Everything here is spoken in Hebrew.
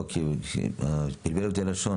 לא, כי בלבלה אותי הלשון.